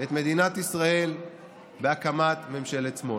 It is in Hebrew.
את מדינת ישראל בהקמת ממשלת שמאל.